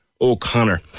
O'Connor